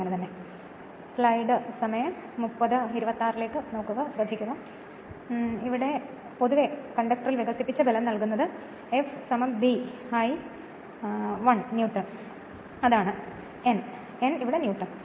അതിനാൽ ഇപ്പോൾ പൊതുവെ കണ്ടക്ടറിൽ വികസിപ്പിച്ച ബലം നൽകുന്നത് F B I l newton N N ഇവിടെ ന്യൂട്ടൺ ആണ്